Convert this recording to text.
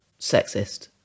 sexist